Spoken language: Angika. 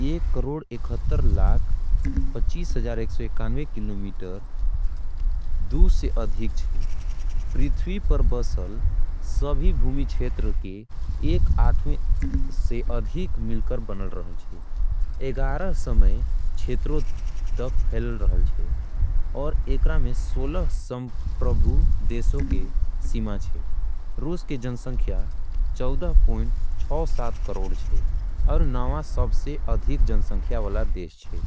एक करोड़ इक्खटर लाख दु से अधिक छे। पृथ्वी के बसे भूमि छेत्र के एक आठवें । मिलके बने रहल छे और एमे सोलह संप्रभु। देश के समूह छे रूस के जनसंख्या चौदह। प्वाइंट छौ सात करोड़ छे और दुनिया के नवा। सबसे अधिक जनसंख्या वाला देश छे।